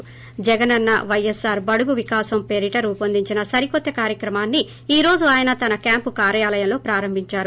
Jagananna YSR బడుగు వికాసం పరిట రూపొందించిన సరికొత్త కార్యక్రమాన్ని ఈ రోజు ఆయన తన క్యాంపు కార్యాలయంలో ప్రారంభించారు